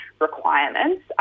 Requirements